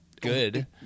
good